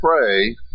pray